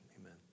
amen